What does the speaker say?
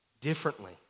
differently